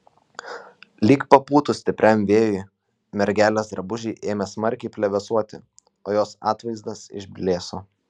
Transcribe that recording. lyg papūtus stipriam vėjui mergelės drabužiai ėmė smarkiai plevėsuoti o jos atvaizdas išblėso